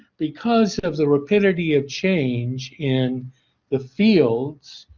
because of the rapidity of change in the fields,